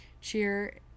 cheer